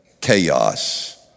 chaos